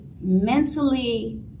mentally